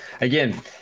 again